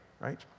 right